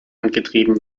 angetrieben